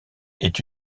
est